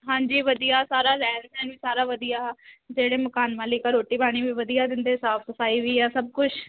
ਹਾਂਜੀ ਵਧੀਆ ਸਾਰਾ ਰਹਿਣ ਸਹਿਣ ਵੀ ਸਾਰਾ ਵਧੀਆ ਜਿਹੜੇ ਮਕਾਨ ਮਾਲਿਕ ਆ ਰੋਟੀ ਪਾਣੀ ਵੀ ਵਧੀਆ ਦਿੰਦੇ ਸਾਫ਼ ਸਫਾਈ ਵੀ ਆ ਸਭ ਕੁਛ